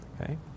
Okay